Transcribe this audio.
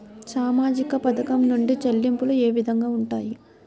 సామాజిక పథకం నుండి చెల్లింపులు ఏ విధంగా ఉంటాయి?